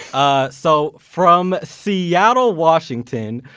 ah so from seattle, washington,